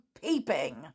peeping